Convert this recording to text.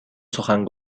سخن